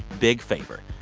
big favor.